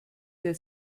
der